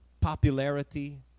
popularity